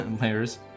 layers